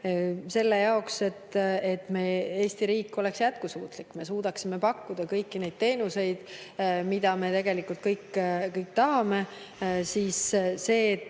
selle jaoks, et Eesti riik oleks jätkusuutlik, et me suudaksime pakkuda kõiki neid teenuseid, mida me tegelikult kõik tahame. See